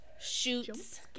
shoots